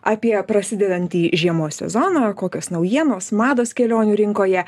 apie prasidedantį žiemos sezoną kokios naujienos mados kelionių rinkoje